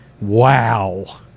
Wow